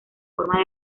forma